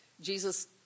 Jesus